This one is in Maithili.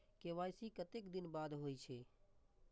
के.वाई.सी कतेक दिन बाद होई छै?